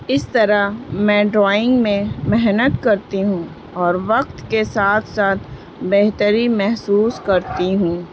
اس طرح میں ڈرائنگ میں محنت کرتی ہوں اور وقت کے ساتھ ساتھ بہتری محسوس کرتی ہوں